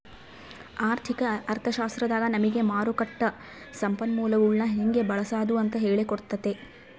ಆರ್ಥಿಕ ಅರ್ಥಶಾಸ್ತ್ರದಾಗ ನಮಿಗೆ ಮಾರುಕಟ್ಟ ಸಂಪನ್ಮೂಲಗುಳ್ನ ಹೆಂಗೆ ಬಳ್ಸಾದು ಅಂತ ಹೇಳಿ ಕೊಟ್ತತೆ